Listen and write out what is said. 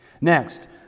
Next